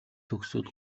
төгсөөд